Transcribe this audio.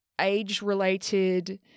age-related